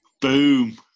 boom